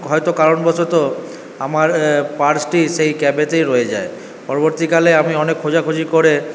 হয়তো কারণবসত আমার পার্সটি সেই ক্যাবেতেই রয়ে যায় পরবর্তীকালে আমি অনেক খোঁজাখুঁজি করে